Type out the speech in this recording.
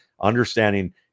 understanding